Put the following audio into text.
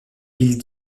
villes